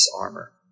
armor